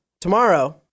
tomorrow